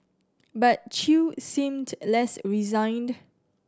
but Chew seemed less resigned